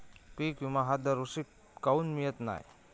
पिका विमा हा दरवर्षी काऊन मिळत न्हाई?